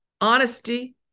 honesty